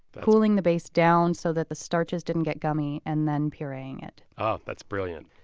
cooling the base down so that the starches didn't get gummy and then pureeing it oh, that's brilliant.